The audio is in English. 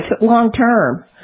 long-term